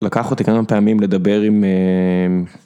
לקח אותי כמה פעמים לדבר עם...